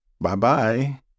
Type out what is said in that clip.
Bye-bye